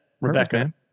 Rebecca